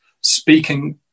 speaking